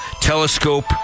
telescope